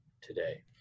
today